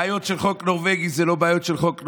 בעיות של חוק נורבגי זה לא בעיות של חוק נורבגי,